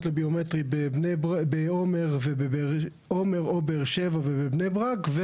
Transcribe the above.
לביומטרי בעומר או באר שבע ובבני ברק.